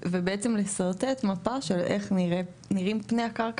בעצם לשרטט מפה של איך נראים פני הקרקע